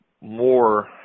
more